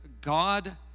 God